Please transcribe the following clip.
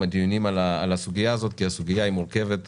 דיונים על הסוגיה הזאת כי הסוגיה היא מורכבת מאוד.